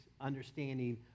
understanding